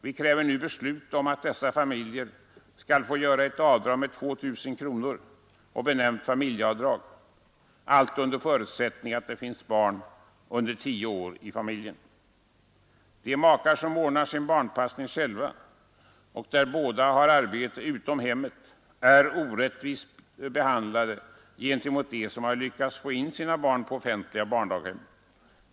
Vi kräver nu beslut om att dessa familjer skall få göra ett avdrag med 2 000 kronor, benämnt familjeavdrag, allt under förutsättning att det finns barn under tio års ålder i familjen. De familjer som ordnat sin barnpassning själva och där båda makarna har arbete utom hemmet är orättvist behandlade gentemot dem som har lyckats få in sina barn på offentliga barndaghem.